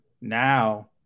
now